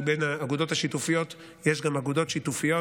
כי בין האגודות השיתופיות יש גם אגודות שיתופיות